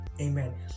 Amen